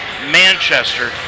Manchester